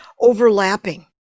overlapping